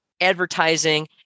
advertising